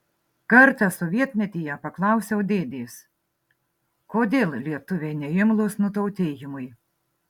kartą sovietmetyje paklausiau dėdės kodėl lietuviai neimlūs nutautėjimui